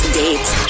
dates